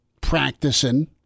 practicing